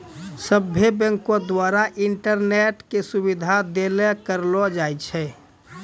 सभ्भे बैंको द्वारा इंटरनेट के सुविधा देल करलो जाय छै